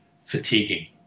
fatiguing